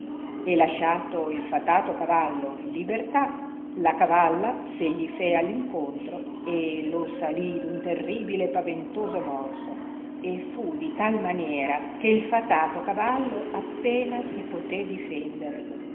e lasciato il fatato cavallo in libertà la cavalla se gli l'è all incontro e lo sali d un terribile e paventoso morso e fu di tal maniera che il fatato cavallo appena si potè difendere